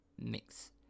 mix